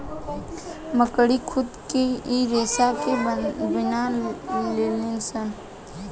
मकड़ी खुद इ रेसा के बिन लेलीसन